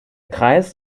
kreis